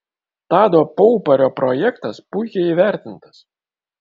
tado paupario projektas puikiai įvertintas